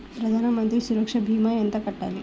ప్రధాన మంత్రి సురక్ష భీమా ఎంత కట్టాలి?